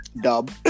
dub